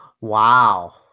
wow